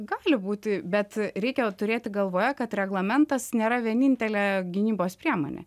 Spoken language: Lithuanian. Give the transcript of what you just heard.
gali būti bet reikia turėti galvoje kad reglamentas nėra vienintelė gynybos priemonė